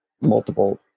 multiple